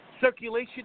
circulation